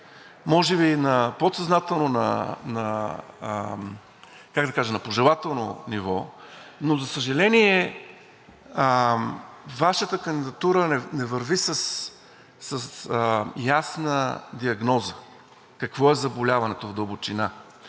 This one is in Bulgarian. Може би на подсъзнателно, как да кажа, на пожелателно ниво, но за съжаление, Вашата кандидатура не върви с ясна диагноза какво е заболяването в дълбочина.